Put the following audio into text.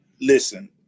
listen